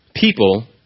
people